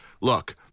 look